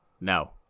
No